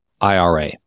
IRA